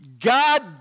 God